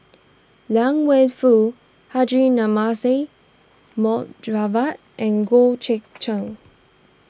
Liang Wenfu Haji Namazie Mohd Javad and Goh Eck Kheng